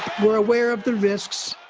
we're aware of the risks.